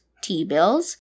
T-bills